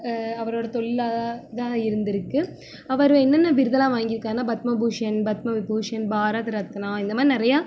அவரோடய தொழிலாகதான்தான் இருந்துருக்குது அவர் என்னென்ன விருதெல்லாம் வாங்கி இருக்காருன்னால் பத்ம பூஷன் பத்ம விபூஷன் பாரத ரத்னா இந்தமாதிரி நிறையா